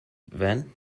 then